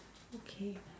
okay